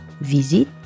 visit